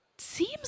seems